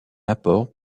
apport